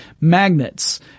magnets